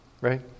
Right